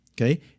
okay